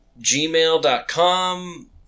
gmail.com